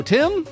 Tim